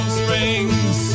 springs